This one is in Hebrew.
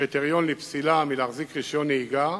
כקריטריון לפסילה מלהחזיק רשיון נהיגה,